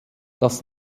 das